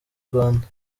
rwanda